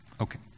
Okay